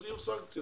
אז יהיו סנקציות.